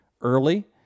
early